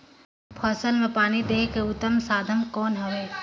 फसल मां पानी देहे के उत्तम साधन कौन हवे?